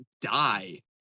die